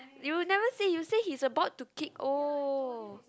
you never say you say he's about to kick oh